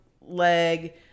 leg